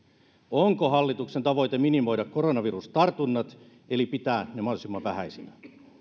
onko hallituksen tavoite minimoida koronavirustartunnat eli pitää ne mahdollisimman vähäisinä